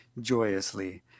joyously